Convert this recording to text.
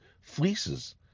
fleeces